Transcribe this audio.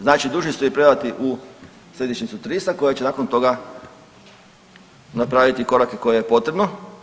Znači dužni ste ju predati u središnjicu TRIS-a koja će nakon toga napraviti korake koje je potrebno.